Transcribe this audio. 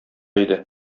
иде